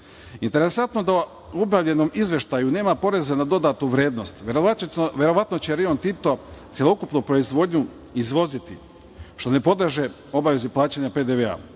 40%.Interesantno da u objavljenom izveštaju nema poreza na dodatu vrednost. Verovatno će Rio Tinto celokupnu proizvodnju izvoziti, što ne podleže obavezi plaćanja PDV-a.